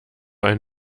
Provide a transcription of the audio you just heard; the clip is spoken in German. ein